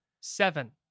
Seven